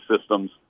systems